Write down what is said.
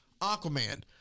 Aquaman